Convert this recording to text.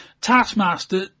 Taskmaster